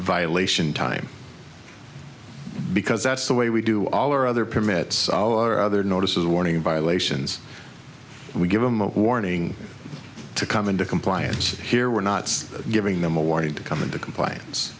violation time because that's the way we do all or other permits our other notices warning violations we give them a warning to come into compliance here we're not giving them a warning to come into compliance